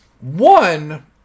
One